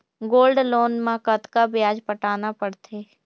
Gold loan मे कतका ब्याज पटाना पड़थे?